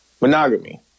monogamy